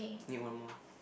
need one more